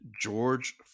George